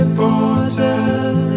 border